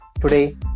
today